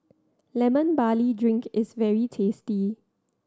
Lemon Barley Drink is very tasty